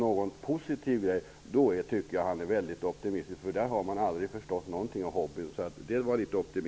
Jag tycker att han är väl optimistisk. Där har man ju aldrig förstått någonting om denna hobby.